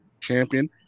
champion